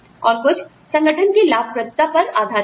और कुछ संगठन की लाभप्रदता पर आधारित है